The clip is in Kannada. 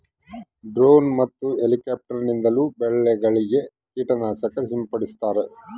ಡ್ರೋನ್ ಮತ್ತು ಎಲಿಕ್ಯಾಪ್ಟಾರ್ ನಿಂದಲೂ ಬೆಳೆಗಳಿಗೆ ಕೀಟ ನಾಶಕ ಸಿಂಪಡಿಸ್ತಾರ